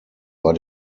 war